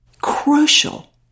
crucial